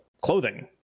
clothing